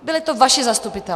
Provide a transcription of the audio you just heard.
Byli to vaši zastupitelé!